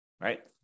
right